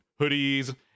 hoodies